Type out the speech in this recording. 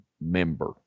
member